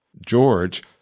George